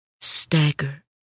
stagger